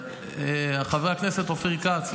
חבר הכנסת אופיר כץ,